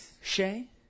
Shay